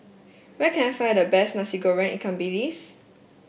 where can I find the best Nasi Goreng Ikan Bilis